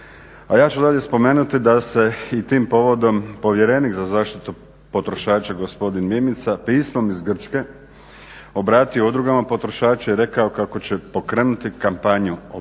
A ja ću dalje spomenuti da se i tim povodom Povjerenik za zaštitu potrošača gospodin Mimica pismom iz Grčke obratio Udrugama potrošača i rekao kako će pokrenuti kampanju o pravima